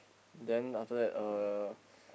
then after that uh